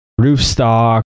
Roofstock